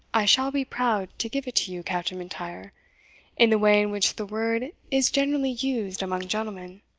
i shall be proud to give it to you, captain m'intyre, in the way in which the word is generally used among gentlemen.